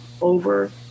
over